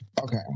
Okay